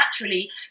naturally